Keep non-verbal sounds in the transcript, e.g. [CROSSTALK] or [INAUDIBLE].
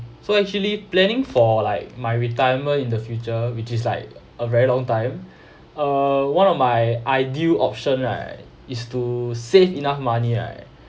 so actually planning for like my retirement in the future which is like a very long time [BREATH] uh one of my ideal option right is to save enough money right